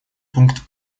пункт